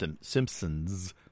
Simpsons